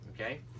Okay